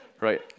Right